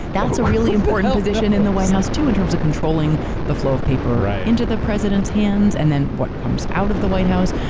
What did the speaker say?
that's a really important position in the white house too in terms of controlling the flow of paper into the president's hands and then what comes out of the white house.